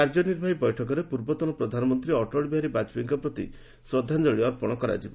କାର୍ଯ୍ୟନିର୍ବାହୀ ବୈଠକରେ ପୂର୍ବତନ ପ୍ରଧାନମନ୍ତ୍ରୀ ଅଟଳ ବିହାରୀ ବାଜପେୟୀଙ୍କ ପ୍ରତି ଶ୍ରଦ୍ଧାଞ୍ଜଳି ଅର୍ପଣ କରାଯିବ